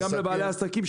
וגם לבעלי העסקים,